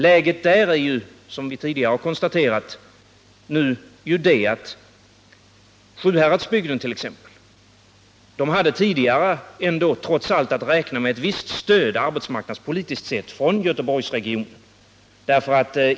Läget i det avseendet är ju, som vi tidigare har konstaterat, att t.ex. Sjuhäradsbygden tidigare trots allt kunde räkna med ett visst arbetsmarknadspolitiskt stöd från Göteborgsregionen.